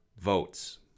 votes